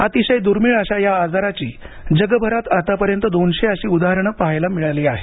अतिशय दुर्मिळ अशा या आजाराची जगभरात आतापर्यंत दोनशे अशी उदाहरणं पाहायला मिळाली आहे